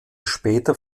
später